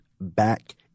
back